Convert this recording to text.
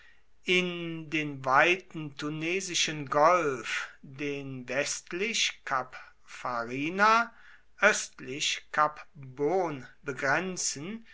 in den weiten tunesischen golf den westlich kap farina östlich kap bon begrenzen